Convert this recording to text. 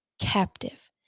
captive